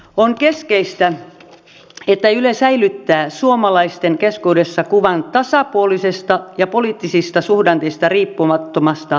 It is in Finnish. on keskeistä että yle säilyttää suomalaisten keskuudessa kuvan tasapuolisesta ja poliittisista suhdanteista riippumattomasta toimijasta